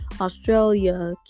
Australia